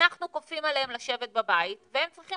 אנחנו כופים עליהם לשבת בבית והם צריכים